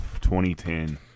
2010